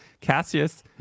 Cassius